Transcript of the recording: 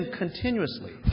continuously